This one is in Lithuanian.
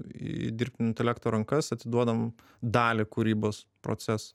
į dirbtinio intelekto rankas atiduodam dalį kūrybos proceso